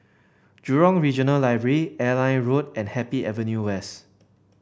Jurong Regional Library Airline Road and Happy Avenue West